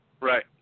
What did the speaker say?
Right